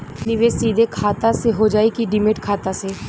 निवेश सीधे खाता से होजाई कि डिमेट खाता से?